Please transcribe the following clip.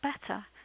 better